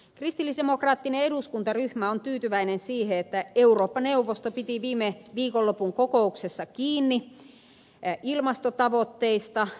kristillisdemokraattinen eduskuntaryhmä on tyytyväinen siihen että eurooppa neuvosto piti viime viikonlopun kokouksessaan kiinni ilmastotavoitteista